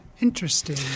Interesting